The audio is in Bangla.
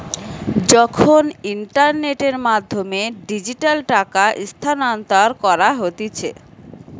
যখন ইন্টারনেটের মাধ্যমে ডিজিটালি টাকা স্থানান্তর করা হতিছে